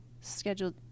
scheduled